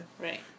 Right